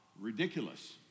ridiculous